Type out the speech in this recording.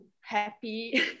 happy